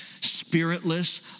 spiritless